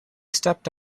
stepped